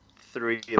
three